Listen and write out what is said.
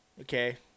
Okay